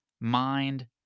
mind